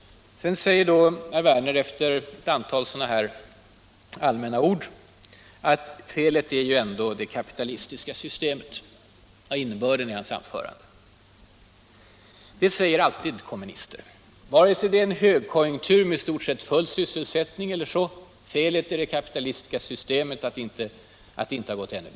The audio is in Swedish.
Efter ett antal allmänna ord säger herr Werner att felet ändå är det kapitalistiska systemets. Det var innebörden i hans anförande. Det säger alltid kommunister, vare sig det är en högkonjunktur med i stort sett full sysselsättning — felet att det inte gått ännu bättre är det 13 kapitalistiska systemets.